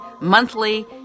monthly